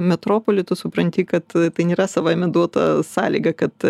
metropolį tu supranti kad tai nėra savaime duota sąlyga kad